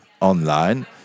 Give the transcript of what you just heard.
online